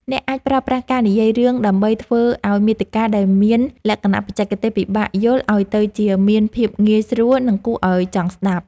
អ្នកអាចប្រើប្រាស់ការនិទានរឿងដើម្បីធ្វើឱ្យមាតិកាដែលមានលក្ខណៈបច្ចេកទេសពិបាកយល់ឱ្យទៅជាមានភាពងាយស្រួល និងគួរឱ្យចង់ស្តាប់។